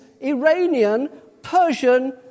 Iranian-Persian